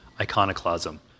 iconoclasm